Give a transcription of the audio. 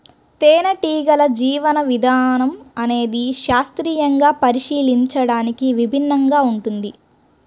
తేనెటీగల జీవన విధానం అనేది శాస్త్రీయంగా పరిశీలించడానికి విభిన్నంగా ఉంటుంది